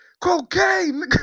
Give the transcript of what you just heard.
Cocaine